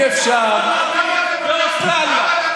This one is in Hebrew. באוסטרליה.